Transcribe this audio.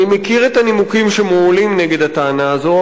אני מכיר את הנימוקים שמועלים נגד הטענה הזאת,